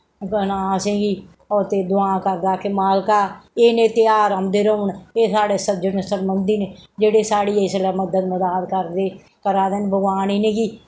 केह् नां असें गी ओ ते दुआ करदा कि मालका एह् नेह् तेहार औंदे रौह्न एह् साढ़े सज्जन सरबंदी न जेह्ड़ी साढ़ी इसलै मदद मदाद करदे करै दे न भगोआन इ'नें गी